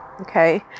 okay